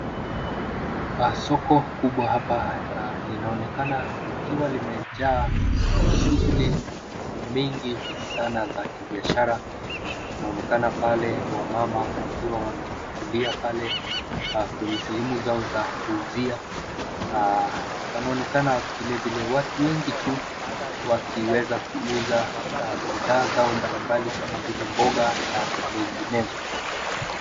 Soko kubwa hapa linaonekana likiwa limejaa shughuli mingi sana za kibiashara. Panaonekana pale wamama wakiwa wametulia pale kwenye sehemu zao za kuuzia. Panaonekana vilevile watu wengi tu wakiweza kuuza bidhaa zao mbalimbali kama vile mboga na menginezo.